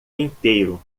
inteiro